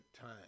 time